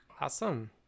Awesome